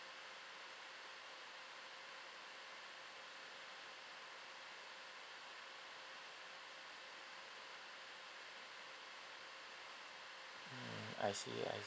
I see I